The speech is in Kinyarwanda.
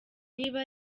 niba